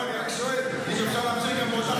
לא, אני רק שואל אם אפשר להמשיך גם באותה מגמה.